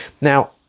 Now